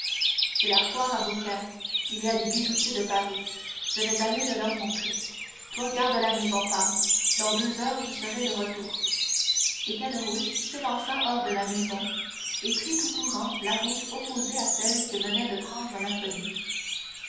c'est la foire à beaucaire il y a des bijoutiers de paris je vais aller le leur montrer toi garde la maison femme dans deux heures je serai de retour et caderousse s'élança hors de la maison et prit tout courant la route opposée à celle que venait de prendre l'inconnu